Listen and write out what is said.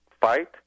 fight